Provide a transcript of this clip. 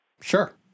Sure